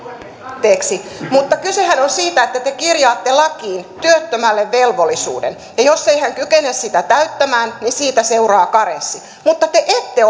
anteeksi mutta kysehän on siitä että te kirjaatte lakiin työttömälle velvollisuuden ja jos ei hän kykene sitä täyttämään niin siitä seuraa karenssi mutta te ette